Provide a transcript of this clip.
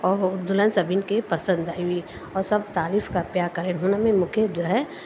और हू दुल्हन सभिनि खे पसंदि आयी हुई और सभु तारीफ़ त पिया कन हुनमें मूंखे जो है